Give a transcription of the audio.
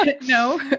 no